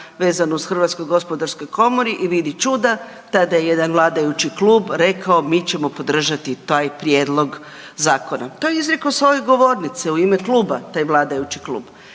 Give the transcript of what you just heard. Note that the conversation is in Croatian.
vezano uz HGK i vidi čuda tada je jedan vladajući klub rekao mi ćemo podržati taj prijedlog zakona. To je izrekao s ove govornice u ime kluba taj vladajući klub.